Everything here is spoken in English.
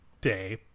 day